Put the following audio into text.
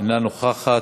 אינה נוכחת,